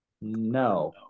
No